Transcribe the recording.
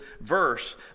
verse